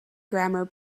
grammar